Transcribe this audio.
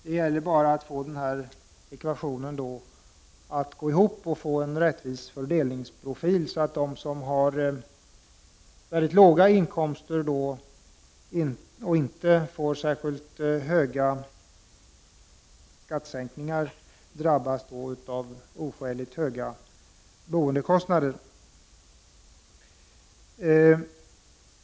Det gäller bara att få ekvationen att gå ihop och få en rättvis fördelningsprofil, så att de som har mycket låga inkomster och som inte får särskilt stora skattesänkningar inte drabbas av oskäligt höga boendekostnader.